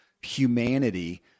humanity